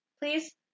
Please